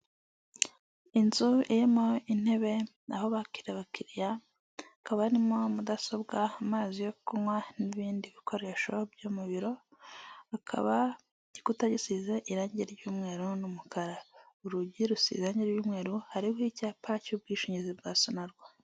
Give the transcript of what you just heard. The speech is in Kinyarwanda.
Inzu irimo intebe n'aho bakira abakiriya, hakaba harimo mudasobwa, amazi yo kunywa n'ibindi bikoresho byo mu biro, hakaba igikuta gasize irangi ry'umweru n'umukara, urugi rusize irangi ry'umweru hariho icyapa cy'ubwishingizi bwa sonarwa.